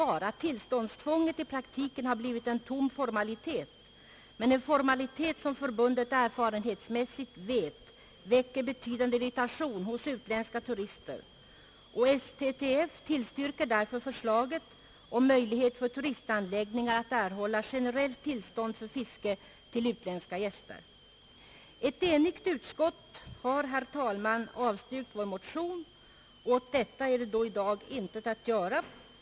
Man menar att tillståndstvånget i praktiken har blivit en tom formalitet, men en formalitet som man vet väcker betydande irritation hos utländska turister. Turisttrafikförbundet tillstyrker därför förslaget om möjlighet för turistanläggningar att erhålla generellt tillstånd för fiske för sina utländska gäster. Eit enigt utskott har, herr talman, avstyrkt vår motion. Åt detta är i dag intet att göra.